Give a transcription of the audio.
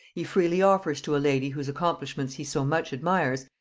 he freely offers to a lady whose accomplishments he so much admires,